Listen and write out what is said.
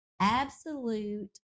absolute